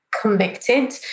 convicted